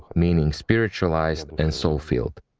meaning, spiritualized and soul-filled.